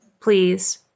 please